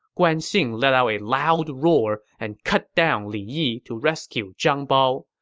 guan xing let out a loud roar and cut down li yi to rescue zhang bao.